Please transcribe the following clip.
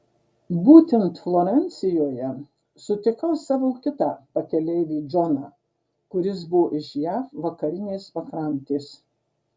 būtent florencijoje sutikau savo kitą pakeleivį džoną kuris buvo iš jav vakarinės pakrantės